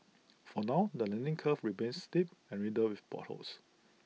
for now the learning curve remains steep and riddled with potholes